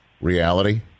reality